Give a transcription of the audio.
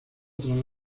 tras